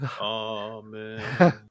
Amen